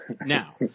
Now